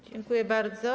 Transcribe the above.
Dziękuję bardzo.